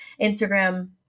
Instagram